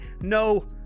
no